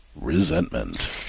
resentment